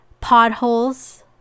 potholes